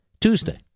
Tuesday